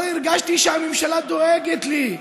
כבר הרגשתי שהממשלה דואגת לי,